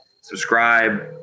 subscribe